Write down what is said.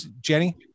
Jenny